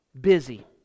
busy